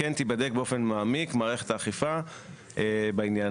כן תבדק באופן מעמיק מערכת האכיפה בעניין הזה.